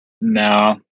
No